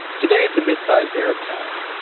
today it's a mid-sized arab town,